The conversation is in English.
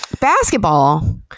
basketball